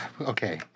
okay